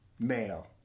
male